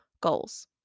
goals